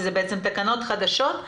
כי אלה תקנות חדשות,